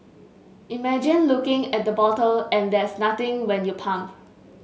imagine looking at the bottle and there's nothing when you pump